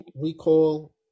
recall